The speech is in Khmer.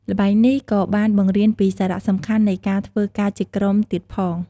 ល្បែងនេះក៏បានបង្រៀនពី សារៈសំខាន់នៃការធ្វើការជាក្រុមទៀតផង។